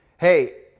hey